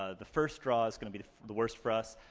ah the first draw is gonna be the the worst for us,